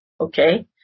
okay